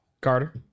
Carter